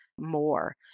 more